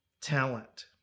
talent